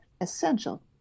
essential